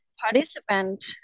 participant